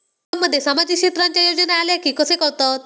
बँकांमध्ये सामाजिक क्षेत्रांच्या योजना आल्या की कसे कळतत?